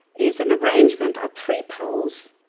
is an arrangement of three poles,